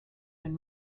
been